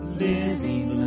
living